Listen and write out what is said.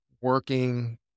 working